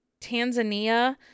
Tanzania